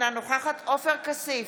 אינה נוכחת עופר כסיף,